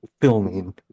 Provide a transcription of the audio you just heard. filming